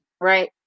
right